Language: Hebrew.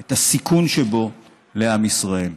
את הסיכון שבו לעם ישראל,